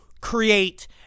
create